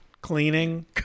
cleaning